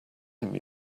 him